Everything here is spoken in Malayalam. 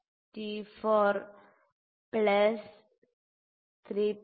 64 പ്ലസ് 3